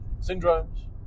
syndromes